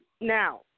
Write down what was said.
Now